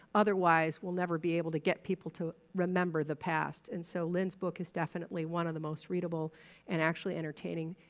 otherwise we'll never be able to get people to remember the past. and so lynn's book is definitely one of the most readable and actually entertaining,